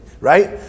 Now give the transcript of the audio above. right